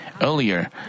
Earlier